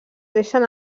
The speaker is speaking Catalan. deixen